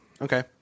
Okay